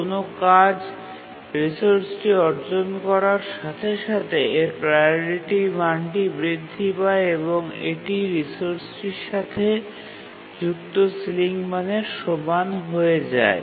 কোনও কাজ রিসোর্সটি অর্জন করার সাথে সাথে এর প্রাওরিটি মানটি বৃদ্ধি পায় এবং এটি রিসোর্সটির সাথে যুক্ত সিলিং মানের সমান হয়ে যায়